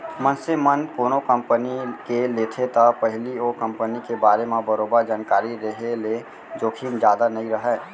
मनसे मन कोनो कंपनी के लेथे त पहिली ओ कंपनी के बारे म बरोबर जानकारी रेहे ले जोखिम जादा नइ राहय